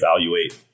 evaluate